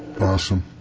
Awesome